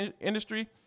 industry